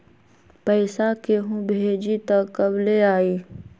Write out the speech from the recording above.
पैसा केहु भेजी त कब ले आई?